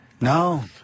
No